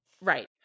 Right